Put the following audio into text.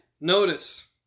Notice